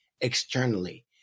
externally